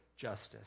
justice